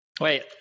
Wait